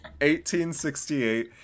1868